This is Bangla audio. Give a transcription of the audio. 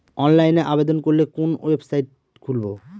অনলাইনে আবেদন করলে কোন ওয়েবসাইট খুলব?